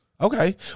Okay